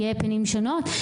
יהיה פנים שונות,